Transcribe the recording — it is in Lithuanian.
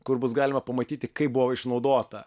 kur bus galima pamatyti kaip buvo išnaudota